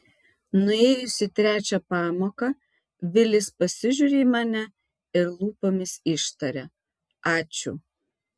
nuėjus į trečią pamoką vilis pasižiūri į mane ir lūpomis ištaria ačiū